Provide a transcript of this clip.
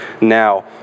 now